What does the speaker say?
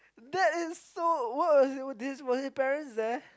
that is so what was it this what was your parents there